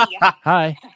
Hi